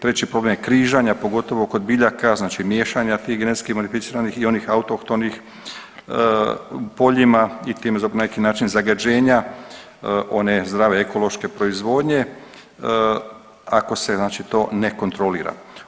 Treći problem je križanja pogotovo kod biljaka, znači miješanja tih genetski modificiranih i onih autohtonih u poljima i time na neki način zagađenja one zdrave, ekološke proizvodnje ako se znači to ne kontrolira.